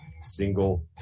single